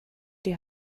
die